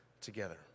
together